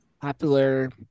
popular